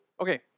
Okay